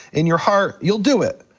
in your heart, you'll do it,